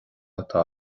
atá